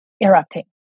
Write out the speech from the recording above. erupting